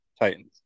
Titans